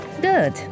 Good